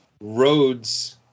roads